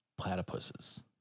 Platypuses